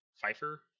Pfeiffer